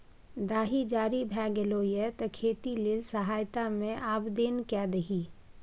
दाही जारी भए गेलौ ये तें खेती लेल सहायता मे आवदेन कए दही